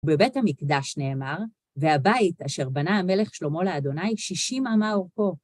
בבית המקדש נאמר, והבית אשר בנה המלך שלמה לד', שישים אמה אורכו.